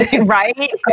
Right